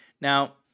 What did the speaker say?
Now